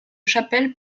chapelle